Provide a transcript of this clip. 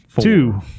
Two